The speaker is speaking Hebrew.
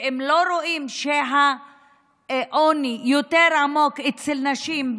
והם לא רואים שהעוני יותר עמוק אצל נשים,